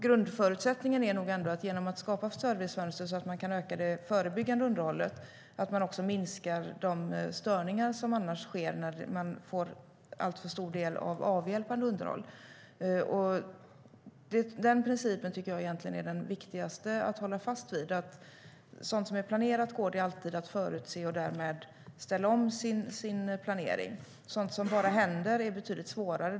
Grundförutsättningen är ändå att man genom att skapa servicefönster så att man kan öka det förebyggande underhållet också minskar de störningar som annars sker när man får en alltför stor del avhjälpande underhåll. Den principen tycker jag egentligen är den viktigaste att hålla fast vid. Sådant som är planerat går alltid att förutse, och därmed kan man ställa om sin planering. Sådant som bara händer är betydligt svårare.